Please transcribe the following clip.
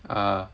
uh